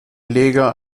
leger